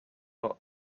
not